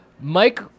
Mike